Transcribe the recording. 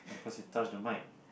cause you touch the mic